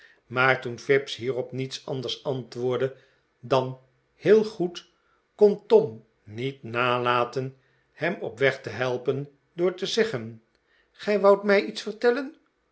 maar toen fips hierop niets anders antwoordde dan heel goed kon tom niet nalaten hem op den weg te helpen door te zeggen gij woudt mij iets vertellen